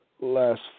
Last